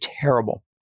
terrible